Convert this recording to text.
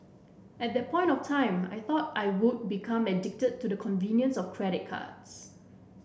at that point of time I thought I would become addicted to the convenience of credit cards